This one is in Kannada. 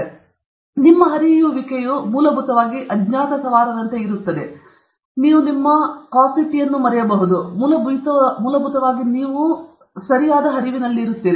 ಆದ್ದರಿಂದ ನಿಮ್ಮ ಹರಿಯುವಿಕೆಯು ಮೂಲಭೂತವಾಗಿ ಅಜ್ಞಾತ ಸವಾರನಂತೆ ಇದೆ ಮತ್ತು ನೀವು ನಿಮ್ಮ ಬೋರ್ನ್ವಿಟಾವನ್ನು ಮರೆತಿದ್ದೀರಿ ಅದು ಮೂಲಭೂತವಾಗಿ ಆಗ ನೀವು ಸರಿ ಹರಿವಿನಲ್ಲಿದ್ದೀರಿ